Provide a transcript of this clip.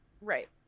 Right